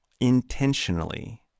intentionally